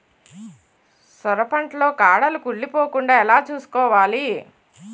సొర పంట లో కాడలు కుళ్ళి పోకుండా ఎలా చూసుకోవాలి?